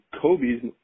Kobe's